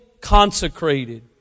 consecrated